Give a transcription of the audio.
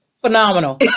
Phenomenal